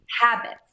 habits